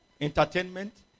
entertainment